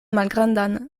malgrandan